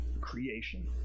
creation